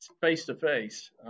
face-to-face